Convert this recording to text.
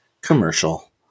commercial